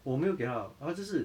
我没有给他他就是